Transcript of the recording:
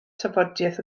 tafodiaith